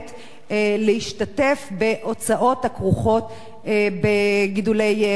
להשתתף בהוצאות הכרוכות בגידולי חיות מחמד.